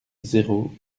zéro